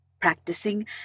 Practicing